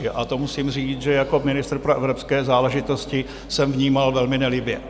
A to musím říct, že jako ministr pro evropské záležitosti jsem vnímal velmi nelibě.